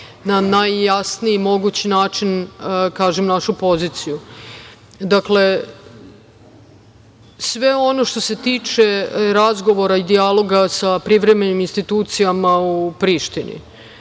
na najjasniji mogući način kažem našu poziciju. Dakle, sve ono što se tiče razgovora i dijaloga sa privremenim institucijama u Prištini